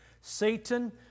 Satan